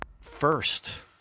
first